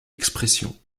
expression